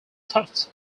tufts